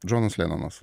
džonas lenonas